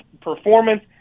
performance